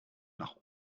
nach